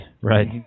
right